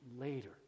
later